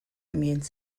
immune